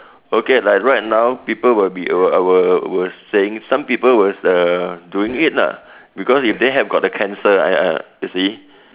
okay like right now people will be were were saying some people was uh doing it lah because if they have got the cancer uh uh you see